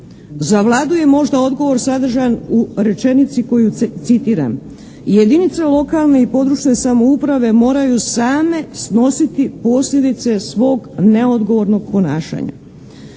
Za Vladu je možda odgovor sadržan u rečenici koju citiram: "Jedinice lokalne i područne samouprave moraju same snositi posljedice svog neodgovornog ponašanja."